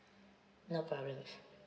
no problem